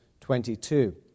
22